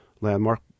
landmark